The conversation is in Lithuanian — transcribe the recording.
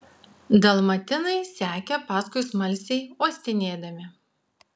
dalmatinai sekė paskui smalsiai uostinėdami